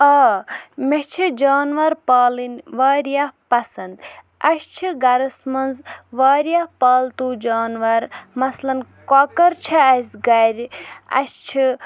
آ مےٚ چھِ جاناوار پالٕنۍ واریاہ پَسنٛد اَسہِ گَرَس منٛز واریاہ پالتو جاناوار مثلن کۄکَر چھِ اَسہِ گَرِ اَسہِ چھِ